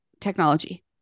technology